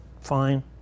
fine